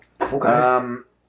Okay